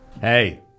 Hey